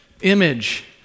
image